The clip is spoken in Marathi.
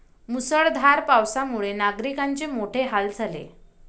मुसळधार पावसामुळे नागरिकांचे मोठे हाल झाले